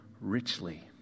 richly